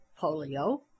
polio